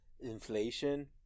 inflation